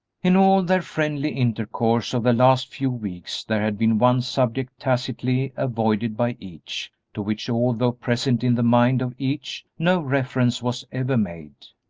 in all their friendly intercourse of the last few weeks there had been one subject tacitly avoided by each, to which, although present in the mind of each, no reference was ever made.